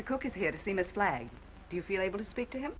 mr cook is here to seem a slag do you feel able to speak to him